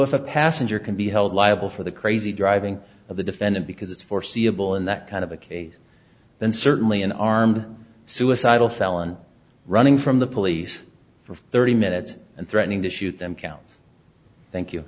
if a passenger can be held liable for the crazy driving of the defendant because it's foreseeable in that kind of a case then certainly an armed suicidal felon running from the police for thirty minutes and threatening to shoot them counts